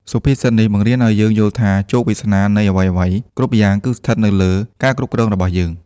សុភាសិតនេះបង្រៀនឱ្យយើងយល់ថា ជោគវាសនានៃអ្វីៗគ្រប់យ៉ាងគឺស្ថិតនៅលើការគ្រប់គ្រងរបស់យើង។